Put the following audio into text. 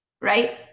Right